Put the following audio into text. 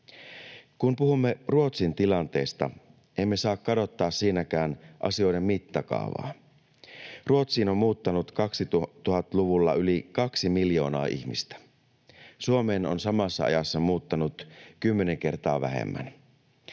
Kun puhumme Ruotsin tilanteesta, emme saa kadottaa siinäkään asioiden mittakaavaa. Ruotsiin on muuttanut 2000-luvulla yli kaksi miljoonaa ihmistä. Suomeen on samassa ajassa muuttanut kymmenen kertaa vähemmän.